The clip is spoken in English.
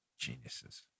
Geniuses